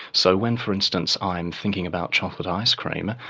so when for instance i'm thinking about chocolate ice-cream,